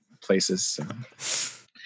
places